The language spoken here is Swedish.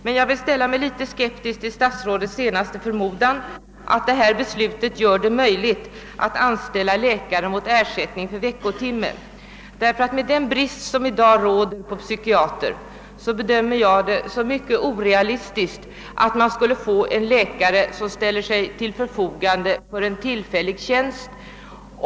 Men jag ställer mig en smula skeptisk till statsrådets förmodan att beslutet gör det möjligt att anställa läkare mot ersättning per veckotimme, ty med den brist som i dag råder på psykiatrer bedömer jag det som mycket orealistiskt att tro att en läkare skulle ställa sig till förfogande för en tillfällig tjänst.